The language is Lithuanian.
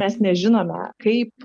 mes nežinome kaip